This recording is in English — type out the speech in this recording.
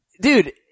dude